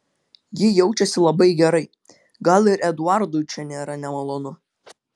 ji jaučiasi labai gerai gal ir eduardui čia nėra nemalonu